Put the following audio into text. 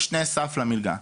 יש תנאי סף למלגה.